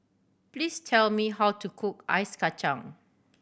please tell me how to cook ice kacang